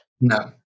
No